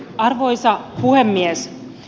arvoisa puhemies